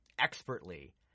expertly